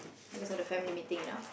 because of the family meeting and all